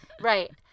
Right